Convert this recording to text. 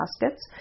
baskets